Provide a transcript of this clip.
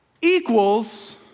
equals